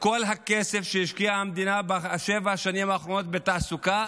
כל הכסף שהשקיעה המדינה בשבע השנים האחרונות בתעסוקה,